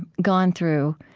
gone through